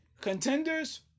contenders